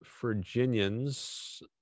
Virginians